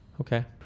Okay